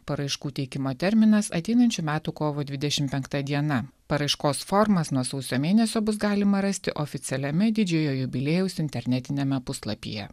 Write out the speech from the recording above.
paraiškų teikimo terminas ateinančių metų kovo dvidešim penkta diena paraiškos formas nuo sausio mėnesio bus galima rasti oficialiame didžiojo jubiliejaus internetiniame puslapyje